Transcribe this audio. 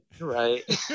right